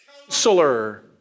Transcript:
Counselor